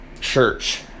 church